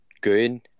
good